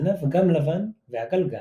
והזנב גם לבן ועגלגל.